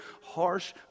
harsh